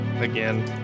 again